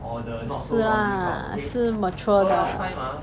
是啦是 mature 的 lah